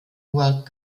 world